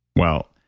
well,